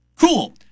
Cool